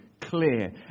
clear